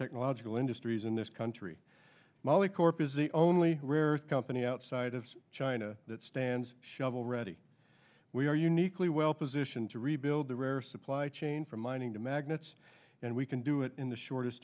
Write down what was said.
technological industries in this country molycorp is the only rare earth company outside of china that stands shovel ready we are uniquely well positioned to rebuild the rare supply chain from mining to magnets and we can do it in the shortest